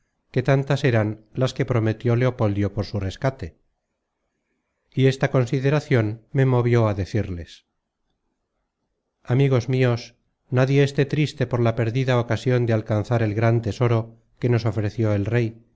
que tantas eran las que prometió leopoldio por su rescate y esta consideracion me movió a decirles amigos mios nadie esté triste por la perdida ocasion de alcanzar el gran tesoro que nos ofreció el rey